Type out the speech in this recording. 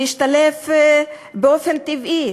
להשתלב באופן טבעי.